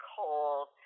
cold